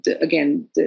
again